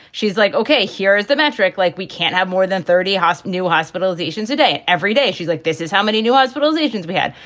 she's like, ok, here is the metric. like, we can't have more than thirty hosp new hospitalizations a day every day. she's like, this is how many new hospitalizations we had.